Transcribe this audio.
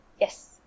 Yes